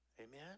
Amen